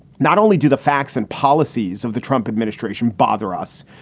not only do the facts and policies of the trump administration bother us,